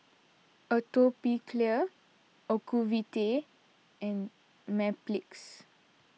Atopiclair Ocuvite and Mepilex